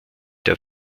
der